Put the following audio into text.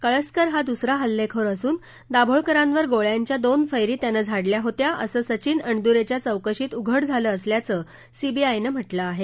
कळसकर हा दुसरा हल्लेखोर असून दाभोळकरांवर गोळ्यांच्या दोन फैरी त्यानं झाडल्या होत्या असं सचीन अणदुरेच्या चौकशीत उघड झालं असल्याचं सीबीआयनं म्हटलं आहे